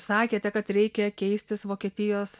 sakėte kad reikia keistis vokietijos